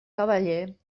cavaller